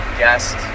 guest